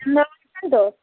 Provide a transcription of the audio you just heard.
তো